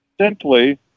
simply